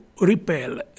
repel